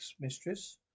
Mistress